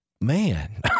man